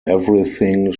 everything